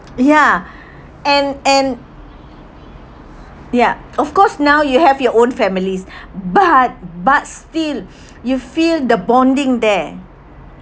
ya and and ya of course now you have your own families but but still you feel the bonding there